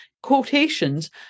Quotations